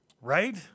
Right